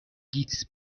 گیتس